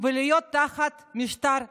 ולהיות תחת משטר דיכוי.